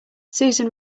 susan